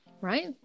Right